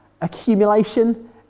accumulation